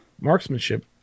marksmanship